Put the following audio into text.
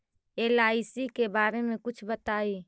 LIC के बारे मे कुछ बताई?